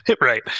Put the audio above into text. right